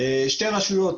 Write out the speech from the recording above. בעיקר שתי רשויות.